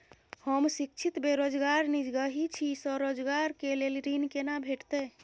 हम शिक्षित बेरोजगार निजगही छी, स्वरोजगार के लेल ऋण केना भेटतै?